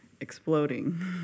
exploding